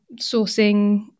sourcing